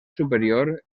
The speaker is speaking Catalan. superior